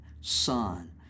Son